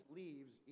leaves